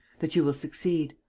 that you will succeed?